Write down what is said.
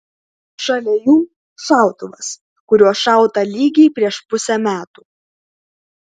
šalia jų šautuvas kuriuo šauta lygiai prieš pusę metų